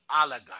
oligarch